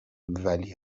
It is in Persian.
ولی